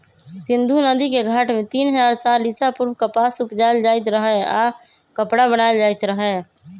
सिंधु नदिके घाट में तीन हजार साल ईसा पूर्व कपास उपजायल जाइत रहै आऽ कपरा बनाएल जाइत रहै